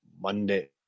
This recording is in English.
Monday